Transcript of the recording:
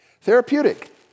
Therapeutic